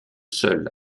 seul